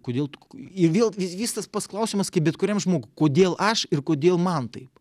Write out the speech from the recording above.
kodėl ir vėl vis vis tas pats klausimas kaip bet kuriam žmogui kodėl aš ir kodėl man taip